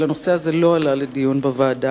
אבל הנושא הזה לא עלה לדיון בוועדה.